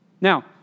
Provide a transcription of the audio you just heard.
Now